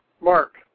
Mark